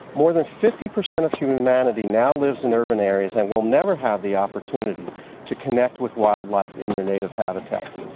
more that fifty per cent of humanity now lives in urban areas and will never have the opportunity to connect with wildlife in their native habitats.